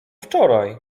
wczoraj